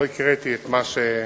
הקראתי את זה.